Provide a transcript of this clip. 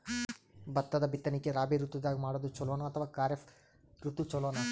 ಭತ್ತದ ಬಿತ್ತನಕಿ ರಾಬಿ ಋತು ದಾಗ ಮಾಡೋದು ಚಲೋನ ಅಥವಾ ಖರೀಫ್ ಋತು ಚಲೋನ?